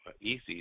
easy